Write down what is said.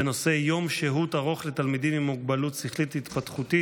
בנושא יום שהות ארוך לתלמידים עם מוגבלות שכלית-התפתחותית.